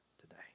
today